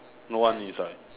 no one inside